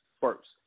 first